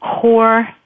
core